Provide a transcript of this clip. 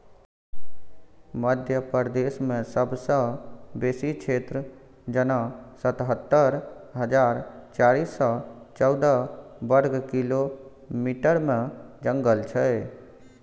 मध्य प्रदेशमे सबसँ बेसी क्षेत्र जेना सतहत्तर हजार चारि सय चौदह बर्ग किलोमीटरमे जंगल छै